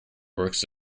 works